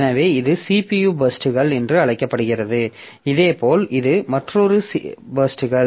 எனவே இது CPU பர்ஸ்ட்கள் என்று அழைக்கப்படுகிறது இதேபோல் இது மற்றொரு CPU பர்ஸ்ட்கள்